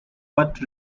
what